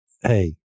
Hey